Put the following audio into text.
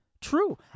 True